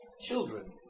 children